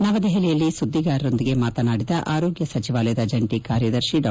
ನವದೆಹಲಿಯಲ್ಲಿ ಸುದ್ಲಿಗಾರರೊಂದಿಗೆ ಮಾತನಾಡಿದ ಆರೋಗ್ನ ಸಚಿವಾಲಯದ ಜಂಟಿ ಕಾರ್ಯದರ್ಶಿ ಡಾ